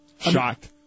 Shocked